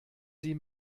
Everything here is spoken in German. sie